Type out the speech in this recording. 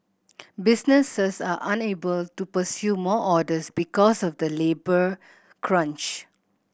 businesses are unable to pursue more orders because of the labour crunch